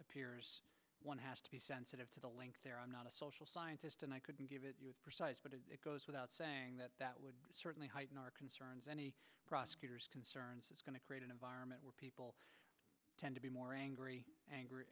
appears one has to be sensitive to the link there i'm not a social scientist and i couldn't give it but it goes without saying that that would certainly heighten our concerns any prosecutors concerns is going to create an environment where people tend to be more angry ang